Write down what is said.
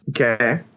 Okay